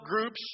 groups